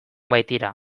baitira